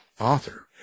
author